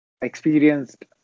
Experienced